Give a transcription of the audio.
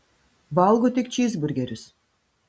valgo tik čyzburgerius